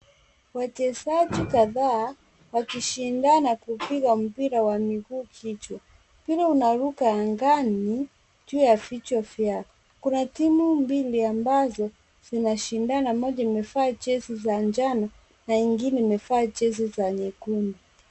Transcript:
Wachezaji kadhaa wakishindana kupiga mpira wa miguu kichwa. Mpira unaruka angani juu ya vichwa vyao. Kuna timu mbili ambazo zinashindana, moja imevaa jezi za njano na ingine imevaa jezi za nyekundu.